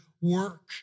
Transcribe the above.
Work